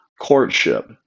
courtship